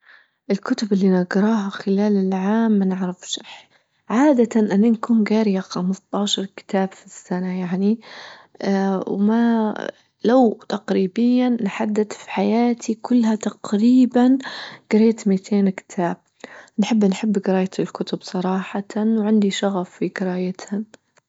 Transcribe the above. الكتب اللي نجراها خلال العام ما نعرفش صح، عادة أنى نكون جارية خمسطعشر كتاب في السنة يعني، اه وما لو تقريبيا لحدت حياتي كلها تقريبا جريت ميتين كتاب، نحب جراية الكتب صراحة وعندي شغف في جرايتهم.